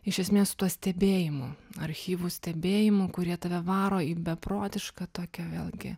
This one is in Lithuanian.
iš esmės su tuo stebėjimu archyvų stebėjimu kurie tave varo į beprotišką tokią vėlgi